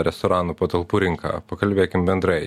restoranų patalpų rinka pakalbėkim bendrai